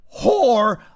whore